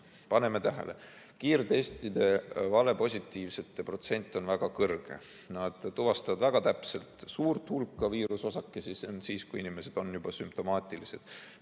Paneme tähele: kiirtestide [valenegatiivsete] protsent on väga suur. Nad tuvastavad väga täpselt suurt hulka viirusosakesi, aga see on siis, kui inimesed on juba sümptomaatilised.